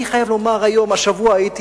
אני חייב לומר שהיום, השבוע, הייתי